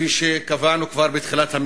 וכפי שקבענו כבר בתחילת המחאה,